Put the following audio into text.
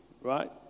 right